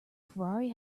ferrari